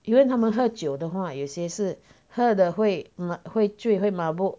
因为他们喝酒的话有些是喝了会醉会 mabok